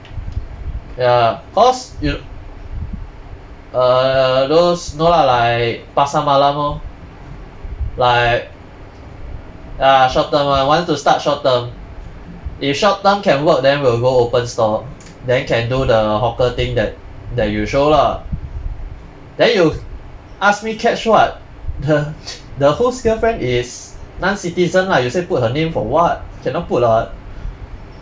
ya cause you err those no lah like pasar malam lor like ah short term one want to start short term if short term can work then will go open store then can do the hawker thing that that you show lah then you ask me catch what the the whose girlfriend is non-citizen lah you say put her name for what cannot put lah